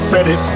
Ready